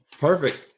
Perfect